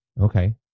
Okay